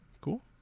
Cool